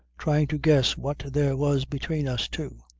trying to guess what there was between us two.